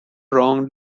wrong